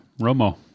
Romo